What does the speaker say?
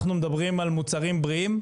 אנחנו מדברים על מוצרים בריאים,